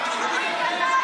ההצבעה.